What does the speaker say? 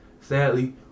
Sadly